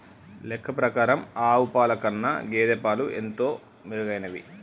లెక్క ప్రకారం ఆవు పాల కన్నా గేదె పాలు ఎంతో మెరుగైనవి